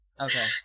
Okay